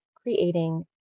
creating